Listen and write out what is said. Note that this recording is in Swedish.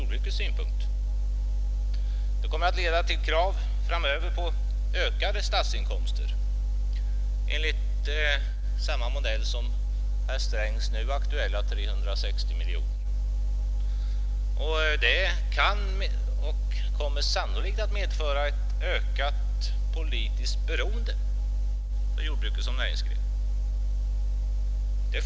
Det kommer framöver att leda till krav på ökade statsinkomster enligt samma modell som herr Strängs nu aktuella 360 miljoner kronor, och det kommer sannolikt att medföra ett ökat politiskt beroende för jordbruket som näringsgren.